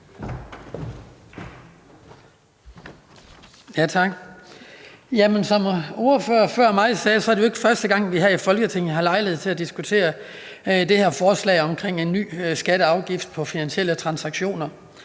Som ordføreren før mig sagde, er det jo ikke første gang, at vi her i Folketinget har lejlighed til at diskutere det her forslag om en ny skatteafgift på finansielle transaktioner.